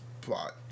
plot